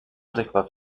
unsichtbar